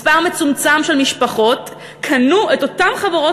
מספר מצומצם של משפחות קנו את אותן חברות